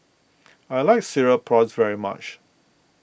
I like Cereal Prawns very much